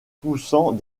poussant